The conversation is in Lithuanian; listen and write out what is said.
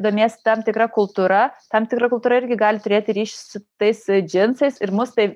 domiesi tam tikra kultūra tam tikra kultūra irgi gali turėti ryšį su tais džinsais ir mus tai